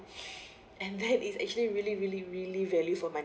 and then it's actually really really really value for money